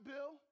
Bill